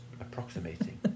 approximating